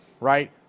right